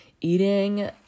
Eating